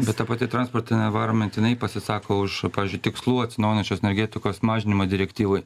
bet ta pati transporto envaironment jinai pasisako už pavyzdžiui tikslų atsinaujinančios energetikos mažinimą direktyvoj